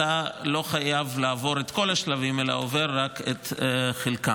אתה לא חייב לעבור את כל השלבים אלא עובר רק את חלקם.